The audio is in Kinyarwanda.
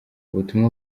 ubutumwa